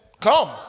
come